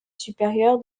supérieur